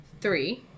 three